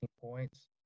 points